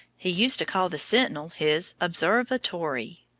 he used to call the sentinel his observ-a-tory.